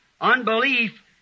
unbelief